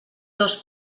dos